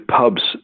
pubs